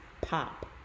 pop